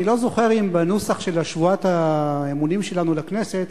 אני לא זוכר אם בנוסח של שבועת האמונים שלנו לכנסת